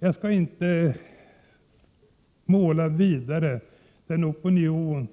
Jag skall inte ”måla vidare” i den beskrivning